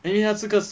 因为他这个是